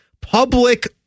public